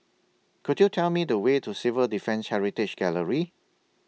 Could YOU Tell Me The Way to Civil Defence Heritage Gallery